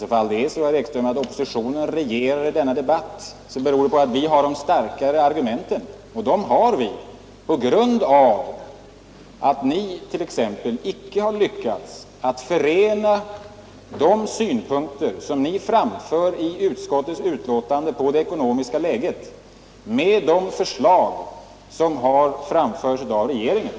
Om så är fallet, herr Ekström, beror det på att vi har de starkare argumenten. Och dem har vi på grund av att ni t.ex. inte har lyckats förena de synpunkter på det ekonomiska läget som ni framför i utskottsbetänkandet med de förslag som har framlagts av regeringen.